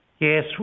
yes